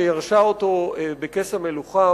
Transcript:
שירשה אותו בכס המלוכה,